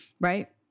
right